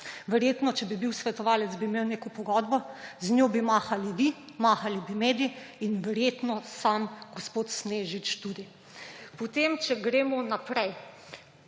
Verjetno, če bi bil svetovalec, bi imel neko pogodbo. Z njo bi mahali vi, mahali bi mediji in verjetno tudi sam gospod Snežič. Potem, če gremo naprej.